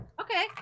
okay